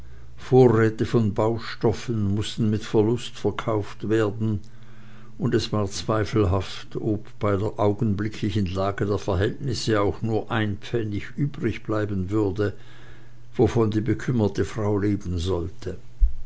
vorräte von baustoffen mußten mit verlust verkauft werden und es war zweifelhaft ob bei der augenblicklichen lage der verhältnisse auch nur ein pfennig übrig bleiben würde wovon die bekümmerte frau leben sollte